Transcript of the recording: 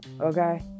Okay